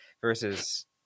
versus